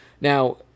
Now